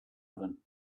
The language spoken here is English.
oven